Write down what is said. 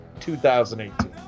2018